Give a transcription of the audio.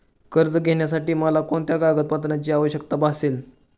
कर्ज घेण्यासाठी मला कोणत्या कागदपत्रांची आवश्यकता भासेल?